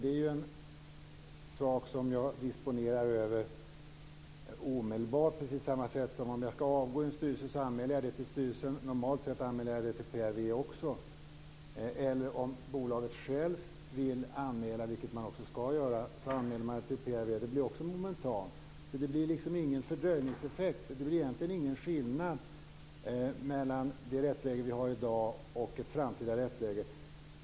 Det är ju en sak som jag disponerar över omedelbart på samma sätt som jag, om jag ska avgå från en styrelse, anmäler det till styrelsen - normalt sett anmäler jag det också till PRV - eller om bolaget självt vill anmäla det till PRV, vilket man också ska göra. Det blir alltså ingen fördröjningseffekt och egentligen ingen skillnad mellan det rättsläge vi har i dag och ett framtida rättsläge.